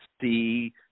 see